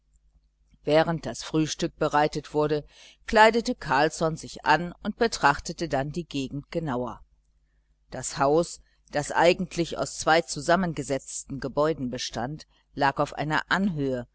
während das frühstück bereitet wurde kleidete carlsson sich an und betrachtete dann die gegend genauer das haus das eigentlich aus zwei zusammengesetzten gebäuden bestand lag auf einer anhöhe